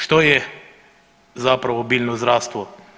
Što je zapravo biljno zdravstvo?